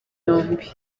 yombi